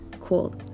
cool